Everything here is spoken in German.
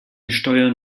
steuern